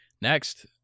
Next